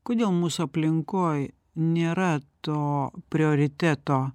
kodėl mūsų aplinkoj nėra to prioriteto